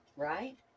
right